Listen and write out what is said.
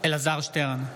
אלעזר שטרן,